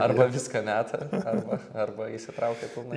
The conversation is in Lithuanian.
arba viską meta arba arba įsitraukia